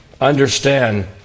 Understand